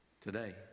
Today